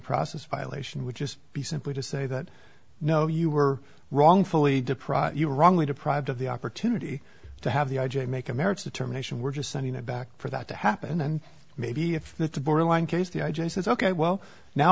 process violation would just be simply to say that no you were wrongfully deprived you wrongly deprived of the opportunity to have the i j a make a marriage determination we're just sending it back for that to happen and maybe if that the borderline case the i j says ok well now